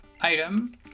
Item